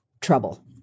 trouble